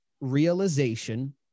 realization